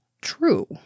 true